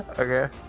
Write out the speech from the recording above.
okay.